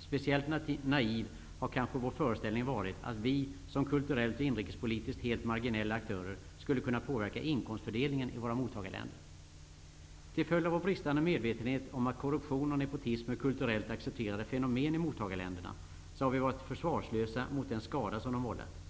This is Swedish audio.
Speciellt naiv har kanske den föreställningen att vi som kulturellt och inrikespolitiskt helt marginella aktörer skulle kunna påverka inkomstförtdelningen i våra mottagarländer varit. Till följd av vår bristande medvetenhet om att korruption och nepotism är kulturellt accepterade fenomen i mottagarländerna har vi varit försvarslösa mot den skada som de vållat.